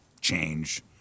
change